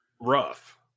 rough